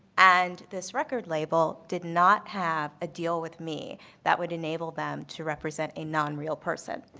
and this record label did not have a deal with me that would enable them to represent a non-real person.